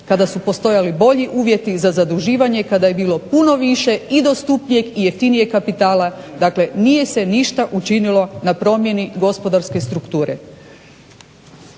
kada su postojali bolji uvjeti za zaduživanje, kada je bilo puno više i dostupnijeg i jeftinijeg kapitala. Dakle, nije se ništa učinilo na promjeni gospodarske strukture.